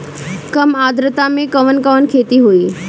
कम आद्रता में कवन कवन खेती होई?